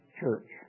church